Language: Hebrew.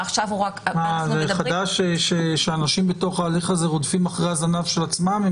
זה חדש שאנשים בתוך ההליך הזה רודפים אחרי הזנב של עצמם?